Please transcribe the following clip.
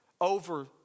over